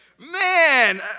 Man